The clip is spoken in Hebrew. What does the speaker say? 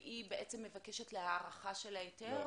והיא בעצם מבקשת הארכה של ההיתר?